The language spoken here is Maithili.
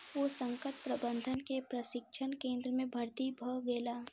ओ संकट प्रबंधन के प्रशिक्षण केंद्र में भर्ती भ गेला